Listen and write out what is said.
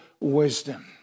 Wisdom